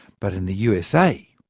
but in the usa,